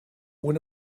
ohne